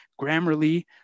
Grammarly